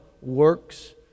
works